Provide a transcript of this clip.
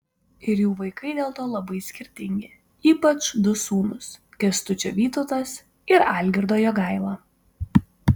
ir jų vaikai dėl to labai skirtingi ypač du sūnūs kęstučio vytautas ir algirdo jogaila